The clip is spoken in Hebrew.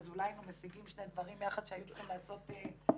אז אולי היינו משיגים שני דברים יחד שהיו צריכים להיעשות מזמן.